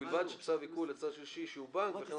ובלבד שצו עיקול לצד שלישי שהוא בנק וכן